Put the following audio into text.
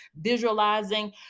visualizing